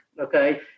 Okay